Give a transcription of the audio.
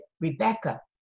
Rebecca